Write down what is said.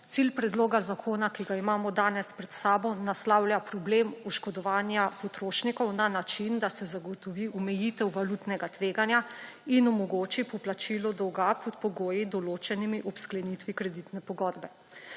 Cilj predloga zakona, ki ga imamo danes pred seboj, naslavlja problem oškodovanja potrošnikov na način, da se zagotovi omejitev valutnega tveganja in omogoči poplačilo dolga pod pogoji, določenimi ob sklenitvi kreditne pogodbe.